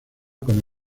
con